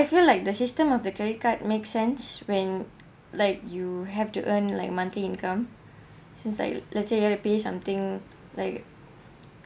I feel like the system of the credit card make sense when like you have to earn like monthly income since like let's say you want to pay something like